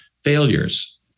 Failures